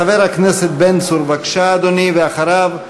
חבר הכנסת בן צור, בבקשה, אדוני, ואחריו,